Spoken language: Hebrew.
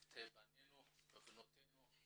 את בנינו ובנותינו,